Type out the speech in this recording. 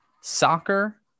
soccer